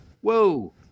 whoa